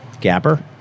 Gapper